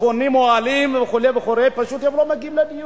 בונים אוהלים וכו' וכו' פשוט הם לא מגיעים לדיור.